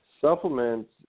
supplements